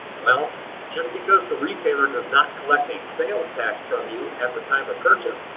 well just because the retailer does not collect a sales tax from you at the time of purchase,